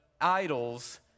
idols